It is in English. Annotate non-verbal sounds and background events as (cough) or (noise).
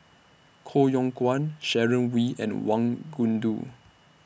Koh Yong Guan Sharon Wee and Wang (unintelligible)